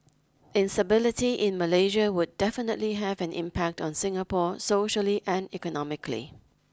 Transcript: instability in Malaysia would definitely have an impact on Singapore socially and economically